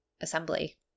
Assembly